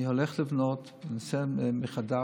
אני הולך לבנות, אני עושה מחדש